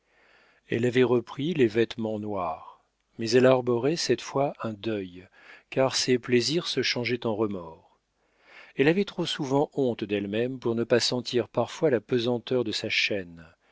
elle avait repris les vêtements noirs mais elle arborait cette fois un deuil car ses plaisirs se changeaient en remords elle avait trop souvent honte d'elle-même pour ne pas sentir parfois la pesanteur de sa chaîne